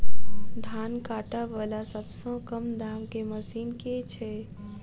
धान काटा वला सबसँ कम दाम केँ मशीन केँ छैय?